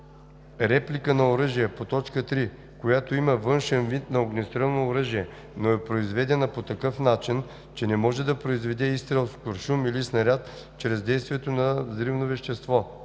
реплика на оръжие по т. 3, която има външен вид на огнестрелно оръжие, но е произведена по такъв начин, че не може да произведе изстрел с куршум или снаряд чрез действието на взривно вещество.“